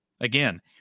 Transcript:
again